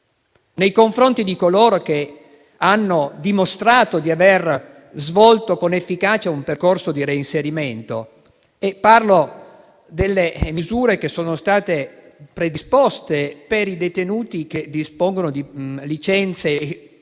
nei confronti di coloro che hanno dimostrato di aver svolto con efficacia un percorso di reinserimento: parlo delle misure predisposte per i detenuti a cui sono riconosciute licenze